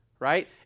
right